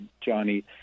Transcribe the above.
Johnny